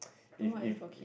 if if